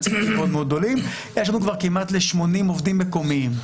יש לנו קרוב ל-80 עובדים מקומיים,